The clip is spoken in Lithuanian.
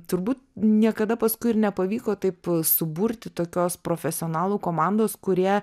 turbūt niekada paskui ir nepavyko taip suburti tokios profesionalų komandos kurie